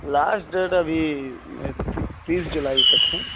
last date ابھی تیس جولائی تک ہے